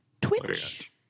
Twitch